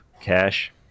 cash